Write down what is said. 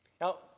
Now